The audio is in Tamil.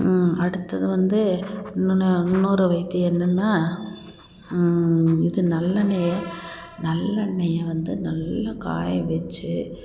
அடுத்தது வந்து இன்னொன்னு இன்னொரு வைத்தியம் என்னென்னா இது நல்லெண்ணெய் நல்லெண்ணெய் வந்து நல்லா காய வச்சு